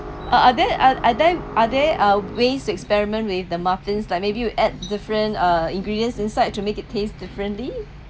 are are there are there uh ways to experiment with the muffins like maybe you add different uh ingredients inside to make it tastes differently